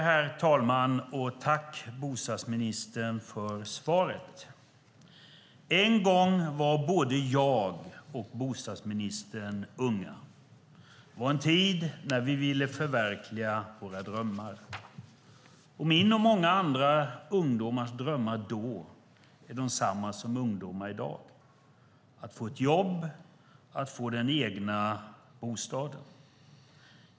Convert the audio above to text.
Herr talman! Tack, bostadsministern, för svaret! En gång var både jag och bostadsministern unga. Det var en tid då vi ville förverkliga våra drömmar. Min och många andra ungdomars drömmar då var desamma som ungdomar i dag har: att få ett jobb och att få en egen bostad.